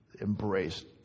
embraced